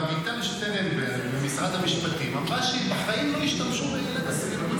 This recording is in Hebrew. אביטל שטרנברג ממשרד המשפטים אמרה שבחיים לא השתמשו בעילת הסבירות,